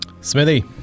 Smithy